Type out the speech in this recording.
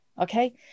Okay